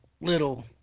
little